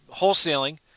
wholesaling